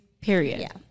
period